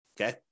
okay